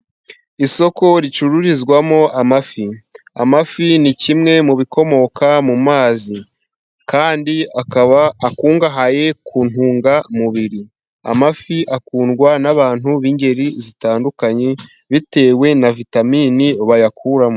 Isoko ricururizwamo amafi. Amafi ni kimwe mu bikomoka mu mazi. Kandi akaba akungahaye ku ntungamubiri. Amafi akundwa n'abantu b'ingeri zitandukanye, bitewe na vitamini bayakuramo.